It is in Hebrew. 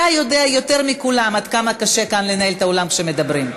אתה יודע יותר מכולם עד כמה קשה כאן לנהל את האולם כשמדברים.